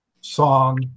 Song